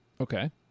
Okay